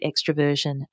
extroversion